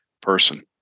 person